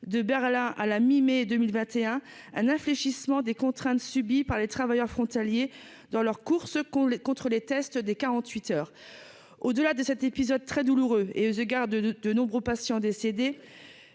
de Berlin à la mi-mai 2021 un infléchissement des contraintes subies par les travailleurs frontaliers dans leur cour, ce qu'on les contres les tests des 48 heures au-delà de cet épisode très douloureux et se gare de de de nombreux patients décédés,